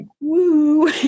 woo